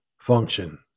function